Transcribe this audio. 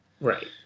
Right